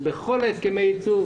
בכל הסכמי הייצוב,